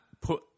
put